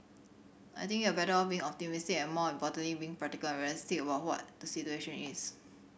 I think you're better off being optimistic and more importantly being practical and realistic about what the situation is